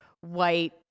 white